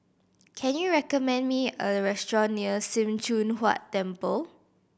can you recommend me a restaurant near Sim Choon Huat Temple